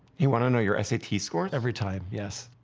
he wanted to know your s a t. scores? every time, yes.